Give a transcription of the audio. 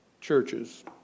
churches